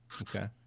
okay